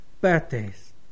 Birthdays